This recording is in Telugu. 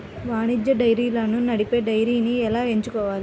వాణిజ్య డైరీలను నడిపే డైరీని ఎలా ఎంచుకోవాలి?